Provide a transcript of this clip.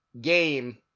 game